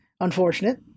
unfortunate